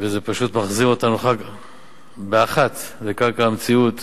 ולומר שזה פשוט מחזיר אותנו באחת לקרקע המציאות